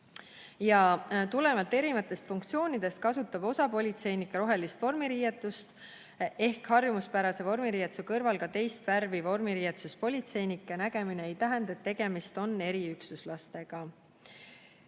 Tulenevalt erinevatest funktsioonidest kasutab osa politseinikke rohelist vormiriietust. Harjumuspärase vormiriietuse kõrval ka teist värvi vormiriietuses politseinike nägemine ei tähenda, et tegemist on eriüksuslastega.